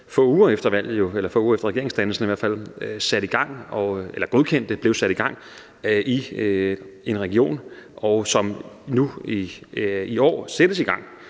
få uger efter regeringsdannelsen i hvert fald – godkendte blev sat i gang i en region, og som nu i år sættes i gang.